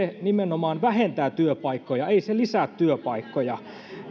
nimenomaan vähentää työpaikkoja ei se lisää työpaikkoja